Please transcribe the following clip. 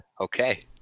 okay